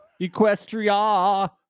Equestria